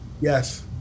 Yes